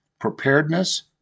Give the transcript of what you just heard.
preparedness